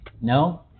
No